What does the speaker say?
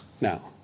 now